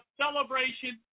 celebration